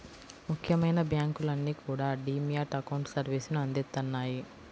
ముఖ్యమైన బ్యాంకులన్నీ కూడా డీ మ్యాట్ అకౌంట్ సర్వీసుని అందిత్తన్నాయి